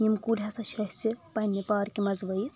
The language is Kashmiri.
یِم کُلۍ ہسا چھِ اسہِ پننہِ پارکہِ منٛز ؤیِتھ